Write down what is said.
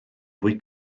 fwy